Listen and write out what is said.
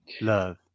Love